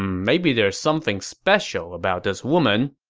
maybe there's something special about this woman.